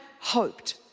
hoped